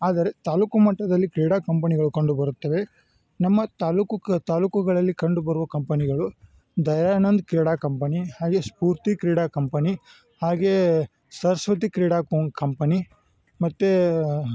ಆದರೆ ತಾಲೂಕು ಮಟ್ಟದಲ್ಲಿ ಕ್ರೀಡಾ ಕಂಪನಿಗಳು ಕಂಡುಬರುತ್ತವೆ ನಮ್ಮ ತಾಲೂಕು ಕ ತಾಲೂಕುಗಳಲ್ಲಿ ಕಂಡುಬರುವ ಕಂಪನಿಗಳು ದಯಾನಂದ್ ಕ್ರೀಡಾ ಕಂಪನಿ ಹಾಗೆ ಸ್ಫೂರ್ತಿ ಕ್ರೀಡಾ ಕಂಪನಿ ಹಾಗೆ ಸರಸ್ವತಿ ಕ್ರೀಡಾ ಕೊಂ ಕಂಪನಿ ಮತ್ತು